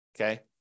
Okay